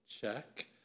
check